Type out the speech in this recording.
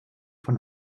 von